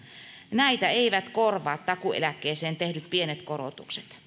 näitä eivät korvaa takuueläkkeeseen tehdyt pienet korotukset